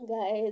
guys